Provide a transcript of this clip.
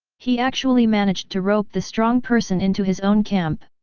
he actually managed to rope the strong person into his own camp!